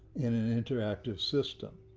in an interactive system,